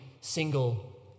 single